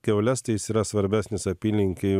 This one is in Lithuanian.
kiaules tai jis yra svarbesnis apylinkėj